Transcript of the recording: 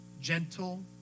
gentle